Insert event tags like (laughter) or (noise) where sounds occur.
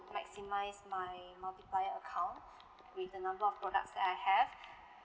maximise my multiplier account (breath) with the number of products that I have